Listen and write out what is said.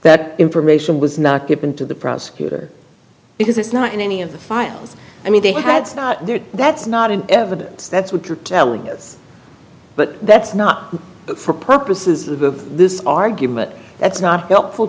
that information was not given to the prosecutor because it's not in any of the files i mean they had there that's not in evidence that's what you're telling us but that's not for purposes of this argument that's not helpful